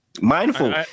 mindful